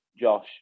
Josh